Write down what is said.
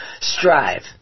Strive